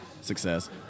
success